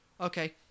Okay